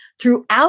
throughout